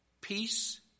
Peace